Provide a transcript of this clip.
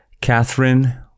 Catherine